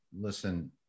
listen